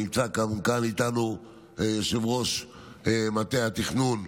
נמצא כאן איתנו יושב-ראש מטה התכנון,